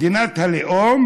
מדינת הלאום,